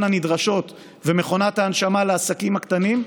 הנדרשות ומכונת ההנשמה לעסקים הקטנים,